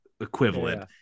equivalent